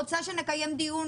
אני רוצה שנקיים דיון,